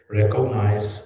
recognize